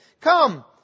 Come